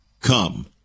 come